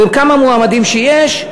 וכמה מועמדים שיש,